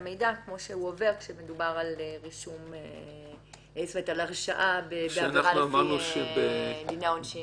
המידע כמו שמעבירים כשמדובר על הרשעה בעבירה לפי דיני העונשין.